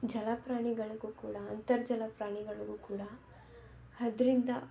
ಜಲ ಪ್ರಾಣಿಗಳಿಗೂ ಕೂಡ ಅಂತರ್ಜಲ ಪ್ರಾಣಿಗಳಿಗೂ ಕೂಡ ಅದ್ರಿಂದ